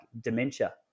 dementia